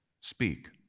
speak